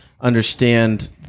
understand